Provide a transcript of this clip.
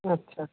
আচ্ছা